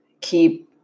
keep